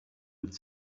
would